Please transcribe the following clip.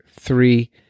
three